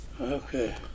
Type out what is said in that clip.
Okay